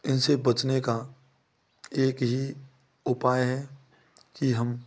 इनसे बचने का एक ही उपाय है कि हम